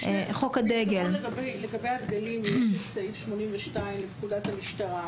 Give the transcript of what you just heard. לגבי הדגלים יש את סעיף 82 לפקודת המשטרה,